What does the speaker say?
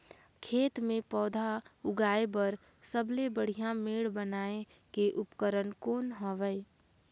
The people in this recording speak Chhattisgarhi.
खेत मे पौधा उगाया बर सबले बढ़िया मेड़ बनाय के उपकरण कौन हवे?